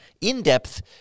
in-depth